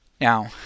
Now